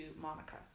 Monica